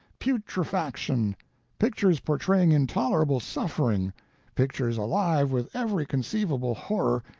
putrefaction pictures portraying intolerable suffering pictures alive with every conceivable horror,